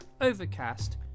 Overcast